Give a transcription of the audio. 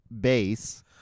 base